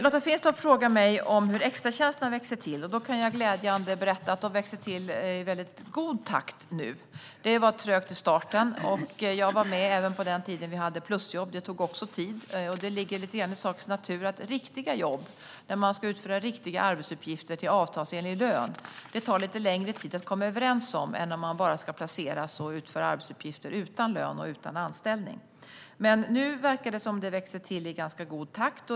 Lotta Finstorp frågar mig om hur extratjänsterna växer till. Jag kan glädjande berätta att de nu växer till i väldigt god takt. Det var trögt i starten. Jag var med även på den tiden vi hade plusjobb. Det tog också tid. Det ligger lite grann i sakens natur att riktiga jobb där människor ska utföra riktiga arbetsuppgifter till avtalsenlig lön tar lite längre tid att komma överens om än om man bara ska placeras och utföra arbetsuppgifter utan lön och utan anställning. Nu verkar det som att de växer till i ganska god takt.